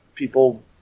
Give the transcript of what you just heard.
people